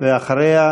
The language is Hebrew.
ואחריה,